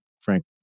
Frank